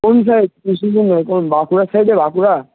কোন সাইড কৃষ্ণনগর কোন বাঁকুড়ার সাইডে বাঁকুড়া